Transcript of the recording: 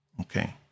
okay